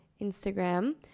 Instagram